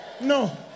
no